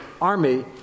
army